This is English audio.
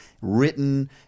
written